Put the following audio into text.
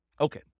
Okay